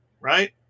right